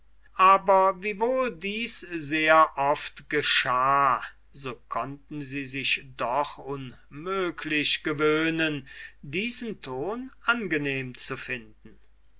aber wiewohl dies sehr oft geschah so konnten sie sich doch unmöglich gewöhnen diesen ton angenehm zu finden